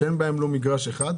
שאין בהן לא מגרש אחד.